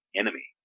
enemy